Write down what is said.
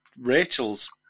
Rachel's